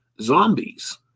zombies